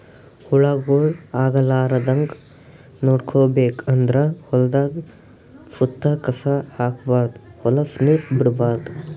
ಹುಳಗೊಳ್ ಆಗಲಾರದಂಗ್ ನೋಡ್ಕೋಬೇಕ್ ಅಂದ್ರ ಹೊಲದ್ದ್ ಸುತ್ತ ಕಸ ಹಾಕ್ಬಾರ್ದ್ ಹೊಲಸ್ ನೀರ್ ಬಿಡ್ಬಾರ್ದ್